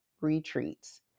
Retreats